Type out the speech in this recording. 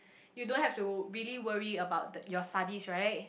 you don't have to really worry about your studies right